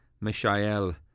Mishael